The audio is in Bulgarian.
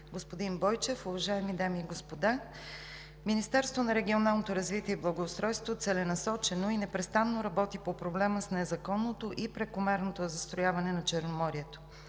господин Бойчев, уважаеми дами и господа! Министерството на регионалното развитие и благоустройството целенасочено и непрестанно работи по проблема с незаконното и прекомерното застрояване на Черноморието.